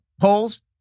polls